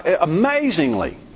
amazingly